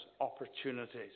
opportunities